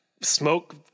smoke